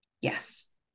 Yes